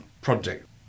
project